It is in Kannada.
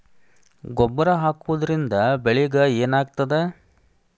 ಗೊಬ್ಬರ ಹಾಕುವುದರಿಂದ ಬೆಳಿಗ ಏನಾಗ್ತದ?